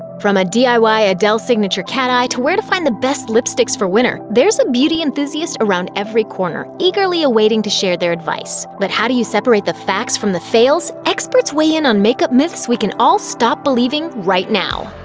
from a diy adele signature cat eye to where to find the best lipsticks for winter, there's a beauty enthusiast around every corner, eagerly awaiting to share their advice. but how do you separate the facts from the fails? experts weigh in on makeup myths we can all stop believing, right now.